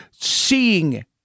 Seeing